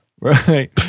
Right